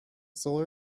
solar